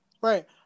right